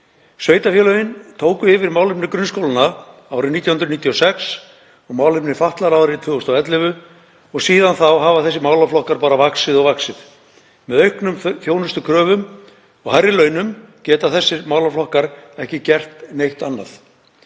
Sveitarfélögin tóku yfir málefni grunnskólanna árið 1996 og málefni fatlaðra árið 2011 og síðan þá hafa þessir málaflokkar bara vaxið og vaxið. Með auknum þjónustukröfum og hærri launum geta þessir málaflokkar ekki gert neitt annað.